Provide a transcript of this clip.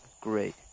great